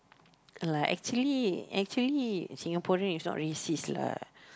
like actually actually Singaporean is not racist lah